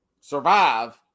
survive